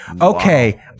okay